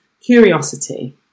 curiosity